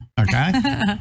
Okay